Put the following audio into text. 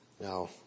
Now